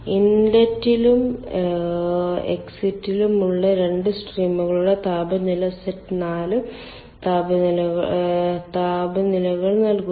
ഇൻലെറ്റിലും എക്സിറ്റിലും ഉള്ള 2 സ്ട്രീമുകളുടെ താപനില സെറ്റ് 4 താപനിലകൾ നൽകുന്നു